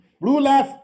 rulers